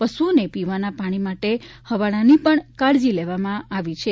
પશુને પીવાના પાણી માટે હવાડાની પણ કાળજી લેવામાં આવી છે